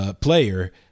player